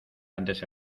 antes